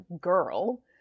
girl